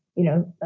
you know,